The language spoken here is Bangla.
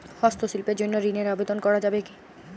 হস্তশিল্পের জন্য ঋনের আবেদন করা যাবে কি?